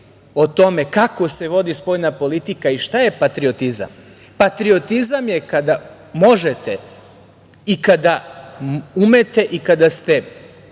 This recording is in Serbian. o tome kako se vodi spoljna politika i šta je patriotizam. Patriotizam je kada možete i kada umete i kada ste